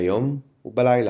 ביום ובלילה.